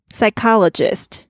Psychologist